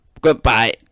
Goodbye